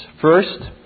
First